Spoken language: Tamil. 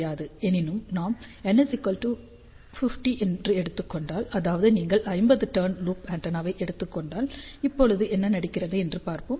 எனினும் நாம் N 50 என்று எடுத்துக் கொண்டால் அதாவது நீங்கள் 50 டர்ன் லூப் ஆண்டெனாவை எடுத்துக்கொள்கிறீர்கள் இப்போது என்ன நடக்கிறது என்று பார்ப்போம்